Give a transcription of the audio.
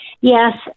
yes